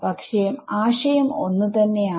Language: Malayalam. പക്ഷെ ആശയം ഒന്ന് തന്നെ ആണ്